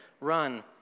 run